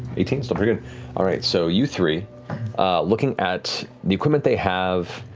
eighteen, still pretty good. all right, so you three looking at the equipment they have,